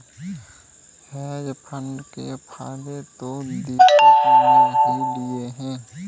hedge fund के फायदे तो दीपक ने ही लिए है